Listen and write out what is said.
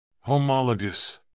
Homologous